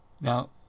Now